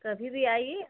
कभी भी आइए